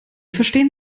verstehen